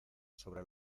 sobre